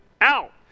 out